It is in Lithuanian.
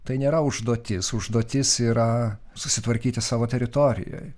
tai nėra užduotis užduotis yra susitvarkyti savo teritorijoj